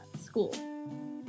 school